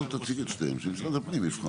שכאן.